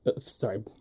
sorry